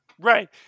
Right